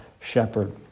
shepherd